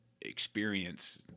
experience